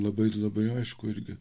labai labai aišku irgi